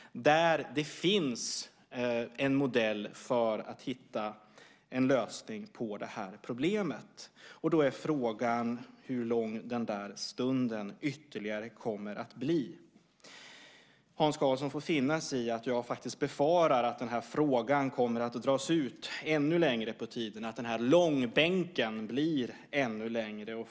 Där finns det en modell för att hitta en lösning på det här problemet. Då är frågan hur lång den där stunden ytterligare kommer att bli. Hans Karlsson får finna sig i att jag faktiskt befarar att den här frågan kommer att dra ut ännu längre på tiden, att den här långbänken blir ännu längre.